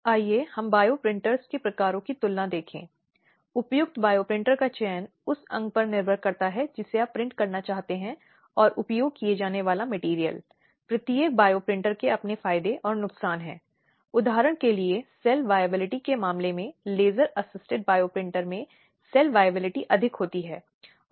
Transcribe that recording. अतः इसलिए यह अधिनियम महिलाओं के लिए न केवल आपराधिक कानून की कार्रवाई करने या आपराधिक मुकदमा चलाने के लिए तुरंत एक अवसर था बल्कि यह देखने के लिए कि कोई अन्य नागरिक उपाय है जिसे लागू किया जा सकता है